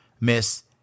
Miss